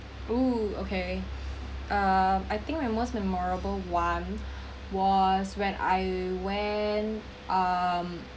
oh okay( uh) I think my most memorable one was when I went